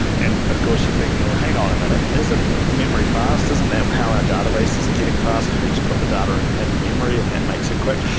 and of course, you're thinking, hang on a minute. isn't memory fast? isn't that how our database is getting fast, because we just put the data and and memory and that makes it quick?